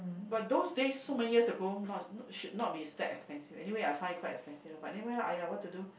but those days so many years ago not not should not be that expensive anyway I find it quite expensive but never mind lah !aiya! what to do